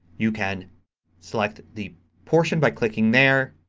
you can select the portion by clicking there.